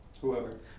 whoever